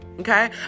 Okay